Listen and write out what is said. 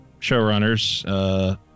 showrunners